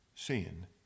sin